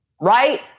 Right